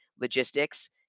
logistics